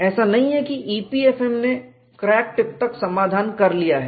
ऐसा नहीं है कि EPFM ने क्रैक टिप तक समाधान कर लिया है